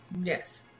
Yes